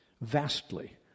Vastly